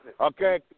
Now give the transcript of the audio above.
Okay